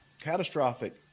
catastrophic